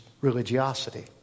religiosity